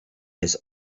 his